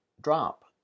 drop